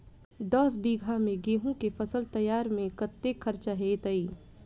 दस बीघा मे गेंहूँ केँ फसल तैयार मे कतेक खर्चा हेतइ?